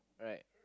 right